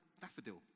daffodil